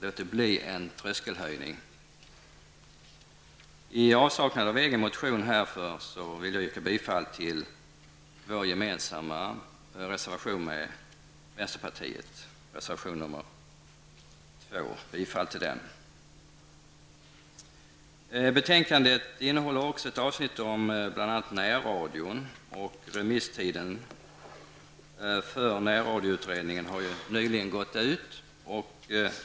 Låt det bli en tröskelhöjning. I avsaknad av egen motion vill jag yrka bifall till den med vänsterpartiet gemensamma reservationen, reservation nr 2. Betänkandet innehåller också ett avsnitt om bl.a. närradion. Remisstiden för närradioutredningen har nyligen gått ut.